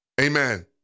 Amen